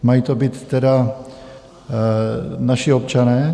Mají to být tedy naši občané?